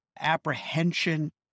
apprehension